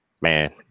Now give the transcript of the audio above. man